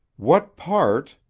what part,